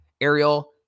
Ariel